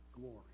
glory